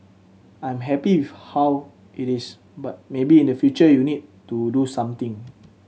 I'm happy with how it is but maybe in the future you need to do something